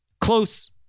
close